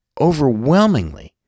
overwhelmingly